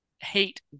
hate